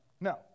No